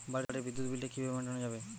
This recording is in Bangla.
বাড়ির বিদ্যুৎ বিল টা কিভাবে মেটানো যাবে?